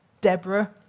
Deborah